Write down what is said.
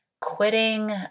Quitting